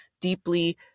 deeply